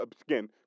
again